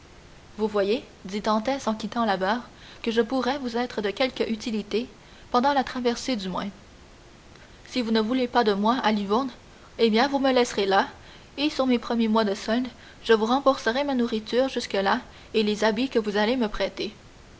vous voyez dit dantès en quittant la barre que je pourrai vous être de quelque utilité pendant la traversée du moins si vous ne voulez pas de moi à livourne eh bien vous me laisserez là et sur mes premiers mois de solde je vous rembourserai ma nourriture jusque-là et les habits que vous allez me prêter